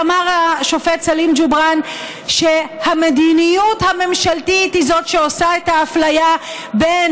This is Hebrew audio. ואמר השופט סלים ג'ובראן שהמדיניות הממשלתית היא שעושה את האפליה בין